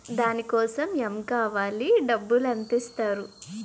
దాని కోసం ఎమ్ కావాలి డబ్బు ఎంత ఇస్తారు?